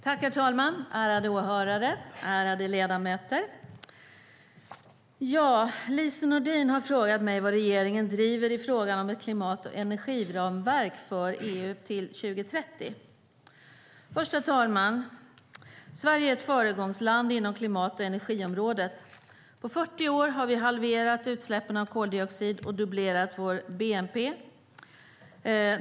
Herr talman, ärade åhörare, ärade ledamöter! Lise Nordin har frågat mig vad regeringen driver i frågan om ett klimat och energiramverk för EU till 2030. Herr talman! Sverige är ett föregångsland inom klimat och energiområdet. På 40 år har vi halverat utsläppen av koldioxid och dubblerat vår bnp.